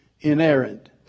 inerrant